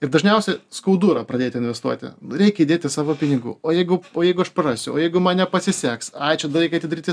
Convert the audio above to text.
ir dažniausia skudu yra pradėt investuoti reikia įdėti savo pinigų o jeigu o jeigu aš prarasiu o jeigu man nepasiseks ai čia dar reikia atidaryti